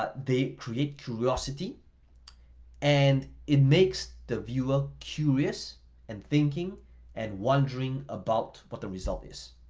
but they create curiosity and it makes the viewer curious and thinking and wondering about what the result is,